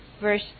verse